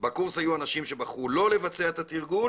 בקורס היו אנשים שבחרו לא לבצע את התרגול